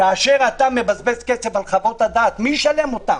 כאשר אתה מבזבז כסף על חוות הדעת, מי ישלם אותן?